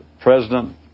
president